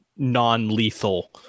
Non-lethal